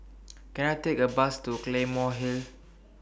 Can I Take A Bus to Claymore Hill